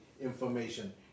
Information